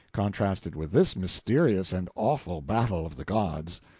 contrasted with this mysterious and awful battle of the gods.